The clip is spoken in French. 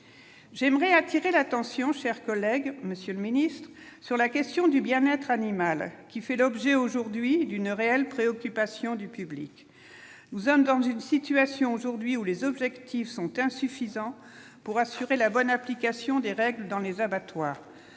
j'aimerais attirer l'attention, chers collègues, Monsieur le Ministre, sur la question du bien-être animal qui fait l'objet aujourd'hui d'une réelle préoccupation du public, nous sommes dans une situation aujourd'hui où les objectifs sont insuffisants pour assurer la bonne application des règles dans les abattoirs,